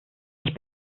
ich